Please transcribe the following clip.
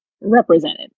represented